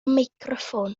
meicroffon